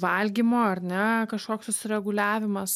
valgymo ar ne kažkoks susireguliavimas